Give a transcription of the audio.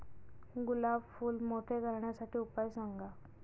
गुलाब फूल मोठे करण्यासाठी उपाय सांगा?